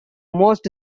most